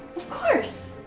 of course.